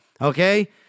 okay